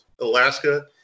Alaska